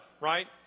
right